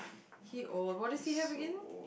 he old what does he have again